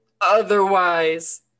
otherwise